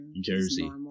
Jersey